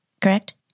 correct